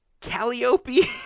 Calliope